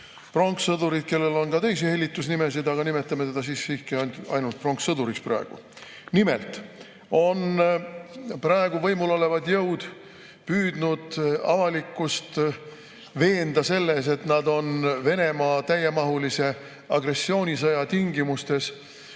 pronkssõdurit. Sellel on ka teisi hellitusnimesid, aga nimetame teda praegu ainult pronkssõduriks. Nimelt on praegu võimul olevad jõud püüdnud avalikkust veenda selles, et nad on Venemaa täiemahulise agressioonisõja tingimustes